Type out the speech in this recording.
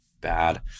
bad